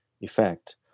effect